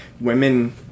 women